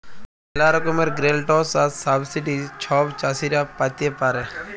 ম্যালা রকমের গ্র্যালটস আর সাবসিডি ছব চাষীরা পাতে পারে